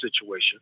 situation